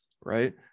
right